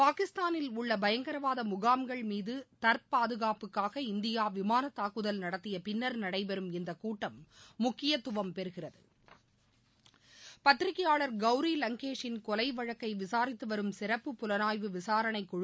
பாகிஸ்தானில் உள்ள பயங்கரவாத முகாம்கள் மீது தற்பாதுகாப்புக்காக இந்தியா விமானத் தாக்குதல் நடத்திய பின்னர் நடைபெறும் இந்தக் கூட்டம் முக்கியத்துவம் பெறுகிறது பத்திரிகையாளர் கௌரி வங்கேஷின் கொலை வழக்கை விசாரித்து வரும் சிறப்பு புலனாய்வு விசாரணைக் குழு